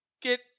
get